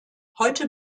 heute